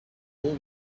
all